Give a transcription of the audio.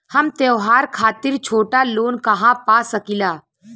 हम त्योहार खातिर छोटा लोन कहा पा सकिला?